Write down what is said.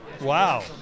Wow